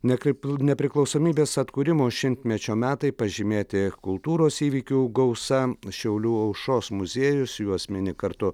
ne kaip nepriklausomybės atkūrimo šimtmečio metai pažymėti kultūros įvykių gausa šiaulių aušros muziejus juos mini kartu